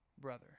brother